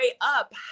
up